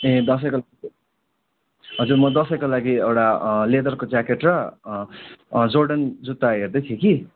ए दसैँको हजुर म दसैँको लागि एउटा लेदरको ज्याकेट र जोर्डन जुत्ता हेर्दै थिएँ कि